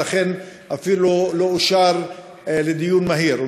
ולכן הוא אפילו לא אושר לדיון מהיר,